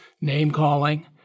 name-calling